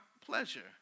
pleasure